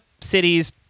cities